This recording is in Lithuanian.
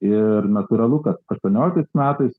ir natūralu kad aštuonioliktais metais